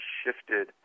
shifted